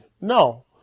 No